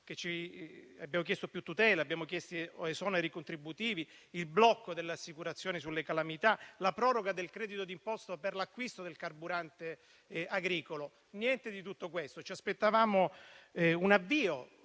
chiedendo più tutela, esoneri contributivi, il blocco delle assicurazioni sulle calamità, la proroga del credito d'imposta per l'acquisto del carburante agricolo. Niente di tutto questo. Ci aspettavamo un avvio